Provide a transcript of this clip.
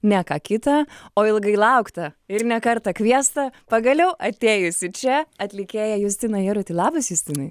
ne ką kitą o ilgai lauktą ir ne kartą kviestą pagaliau atėjusį čia atlikėją justiną jarutį labas justinai